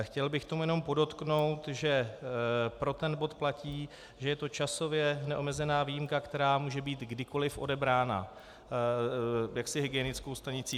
Chtěl bych k tomu jenom podotknout, že pro ten bod platí, že je to časově neomezená výjimka, která může být kdykoli odebrána hygienickou stanicí.